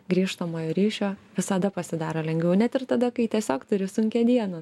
grįžtamojo ryšio visada pasidaro lengviau net ir tada kai tiesiog turi sunkią dieną